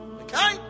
Okay